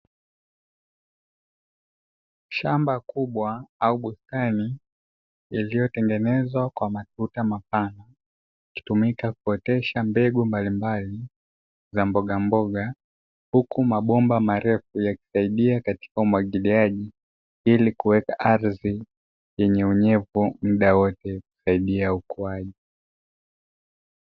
Shamba kubwa au bustani iliyotengenezwa kwa matuta mapana ikitumika kuotesha mbegu mbalimbali za mboga mboga, huku mabomba marefu yakisaidia katika umwagiliaji ili kuweka ardhi yenye unyevu muda wote kusaidia ukuaji.